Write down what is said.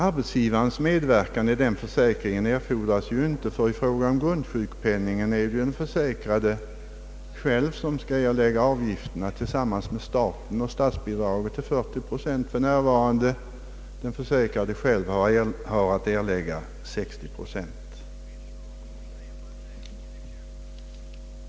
Arbetsgivarens medverkan erfordras inte i fråga om grundsjukpenningen, ty avgiften för den skall erläggas av den försäkrade själv tillsammans med staten. Statsbidraget är för närvarande 40 procent, och den försäkrade själv har sålunda att erlägga 60 procent.